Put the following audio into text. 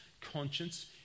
conscience